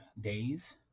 days